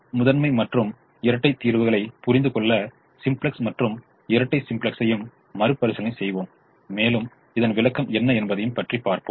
முதன்மை மற்றும் இரட்டை தீர்வுகளை புரிந்து கொள்ள சிம்ப்ளக்ஸ் மற்றும் இரட்டை சிம்ப்ளெக்ஸையும் மறுபரிசீலனை செய்வோம் மேலும் இதன் விளக்கம் என்ன என்பதையும் பார்ப்போம்